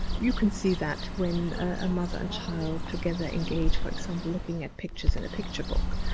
you can see that when a mother and child together engage, for example, looking at pictures in a picture book,